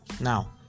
Now